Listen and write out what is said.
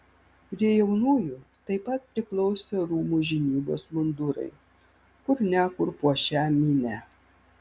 prie jaunųjų taip pat priklausė rūmų žinybos mundurai kur ne kur puošią minią